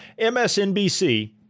MSNBC